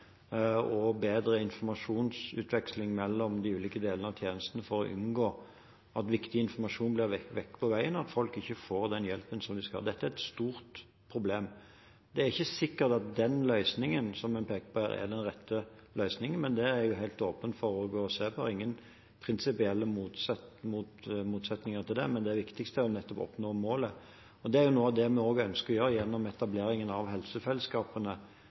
og bedre informasjonsutveksling mellom de ulike delene av tjenestene for å unngå at viktig informasjon blir vekk på veien, og at folk ikke får den hjelpen de skal ha. Dette er et stort problem. Det er ikke sikkert at den løsningen som en peker på her, er den rette løsningen, men jeg er helt åpen for å se på det. Jeg har ikke noe prinsipielt imot det, men det viktigste er å oppnå målet. Det er noe av det vi også ønsker å gjøre gjennom etableringen av helsefellesskapene.